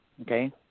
Okay